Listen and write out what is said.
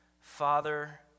Father